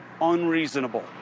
unreasonable